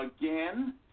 again